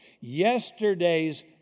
Yesterday's